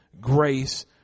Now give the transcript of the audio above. grace